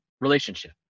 relationship